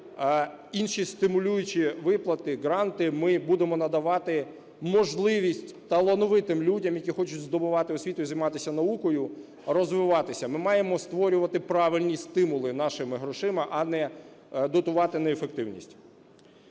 інші стимулюючі виплати, гранти, ми будемо надавати можливість талановитим людям, які хочуть здобувати освіту і займатися наукою, розвиватися. Ми маємо створювати правильні стимули нашими грошима, а не дотувати неефективність.